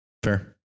Fair